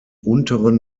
unteren